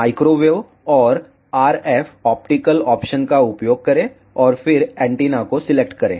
microwave और RF optical option का उपयोग करें और फिर एंटीना को सिलेक्ट करें